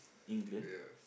England